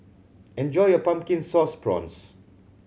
enjoy your Pumpkin Sauce Prawns